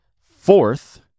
fourth